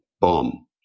bomb